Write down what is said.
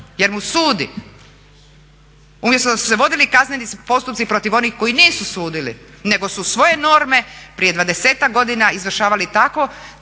jer mu sudi umjesto da su se vodili kazneni postupci protiv onih koji nisu sudili, nego su svoje norme prije dvadesetak godina izvršavali tako